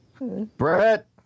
Brett